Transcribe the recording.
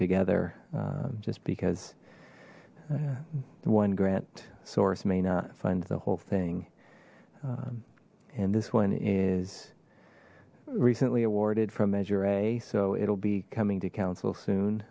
together just because the one grant source may not find the whole thing and this one is recently awarded from measure a so it'll be coming to council soon